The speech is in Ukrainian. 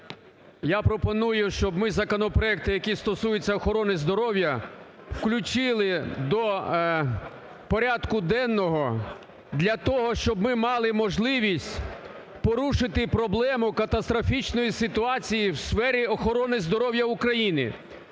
Я пропоную, щоб ми законопроекти, які стосуються охорони здоров'я, включили до порядку денного для того, щоб ми мали можливість порушити проблему катастрофічної ситуації у сфері охорони здоров'я в Україні.